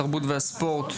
התרבות והספורט,